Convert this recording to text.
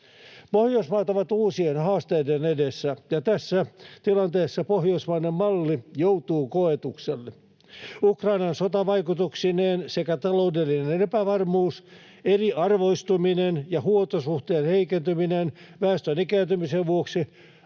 Pohjoismaat ovat uusien haasteiden edessä, ja tässä tilanteessa pohjoismainen malli joutuu koetukselle. Ukrainan sota vaikutuksineen sekä taloudellinen epävarmuus, eriarvoistuminen ja huoltosuhteen heikentyminen väestön ikääntymisen vuoksi